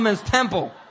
temple